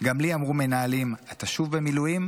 גם לי אמרו מנהלים: אתה שוב במילואים?